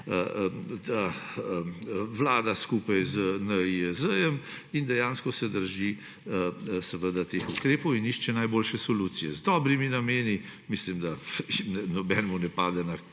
Vlada skupaj z NIJZ in dejansko se drži teh ukrepov in išče najboljše solucije z dobrimi nameni. Mislim, da nobenemu ne pade na